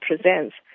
presents